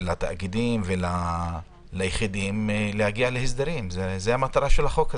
לתאגידים וליחידים להגיע להסדרים זו מטרת החוק הזה.